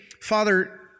Father